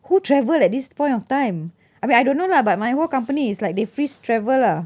who travel at this point of time I mean I don't know lah but my whole company is like they freeze travel lah